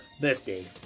birthday